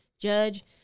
Judge